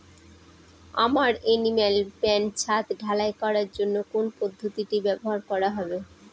আমার animal pen ছাদ ঢালাই করার জন্য কোন পদ্ধতিটি ব্যবহার করা হবে?